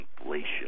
inflation